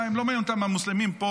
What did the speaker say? לא מעניינים אותם המוסלמים פה,